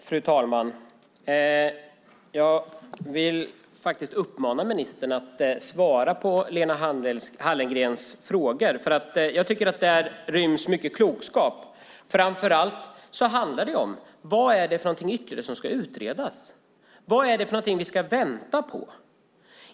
Fru talman! Jag vill uppmana ministern att svara på Lena Hallengrens frågor, för jag tycker att där ryms mycket klokskap. Framför allt handlar det om vad det är som ytterligare ska utredas. Vad är det vi ska vänta på?